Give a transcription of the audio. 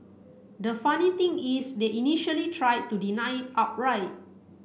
the funny thing is they initially try to deny outright